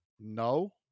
no